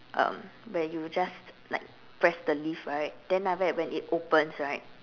um where you just like press the lift right then after that when it opens right